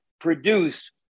produce